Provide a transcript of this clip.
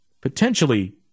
potentially